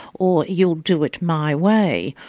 or you'll do it my way,